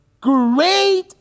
Great